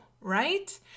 right